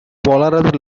polarized